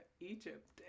Egypt